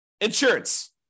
insurance